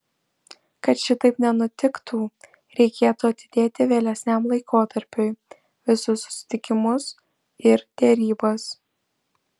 kad šitaip nenutiktų reikėtų atidėti vėlesniam laikotarpiui visus susitikimus ir derybas